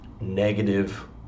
negative